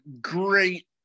great